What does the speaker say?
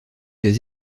des